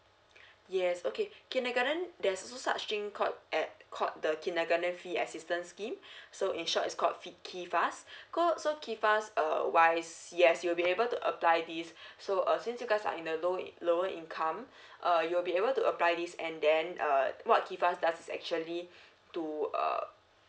yes okay kindergarten there's also such thing called uh called the kindergarten fee assistant scheme so in short it's called kifas so kifas wise yes you'll be able to apply this so uh since you guys are in a low lower income uh you'll be able to apply this and then uh what kifas does is actually to uh